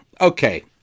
okay